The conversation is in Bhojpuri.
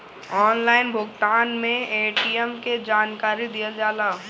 ऑनलाइन भुगतान में ए.टी.एम के जानकारी दिहल जाला?